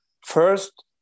First